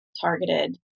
targeted